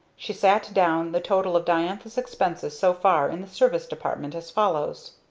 she set down the total of diantha's expenses so far in the service department, as follows